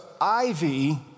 ivy